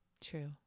True